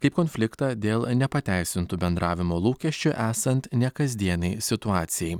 kaip konfliktą dėl nepateisintų bendravimo lūkesčių esant ne kasdienei situacijai